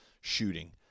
shooting